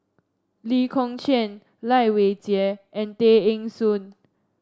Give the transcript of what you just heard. Lee Kong Chian Lai Weijie and Tay Eng Soon